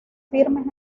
firmes